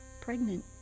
pregnant